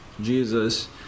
Jesus